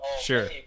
sure